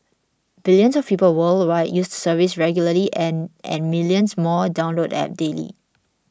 billions of people worldwide use the service regularly and and millions